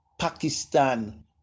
Pakistan